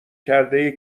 کرده